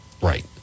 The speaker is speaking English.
Right